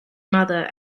mother